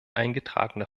eingetragene